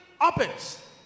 opens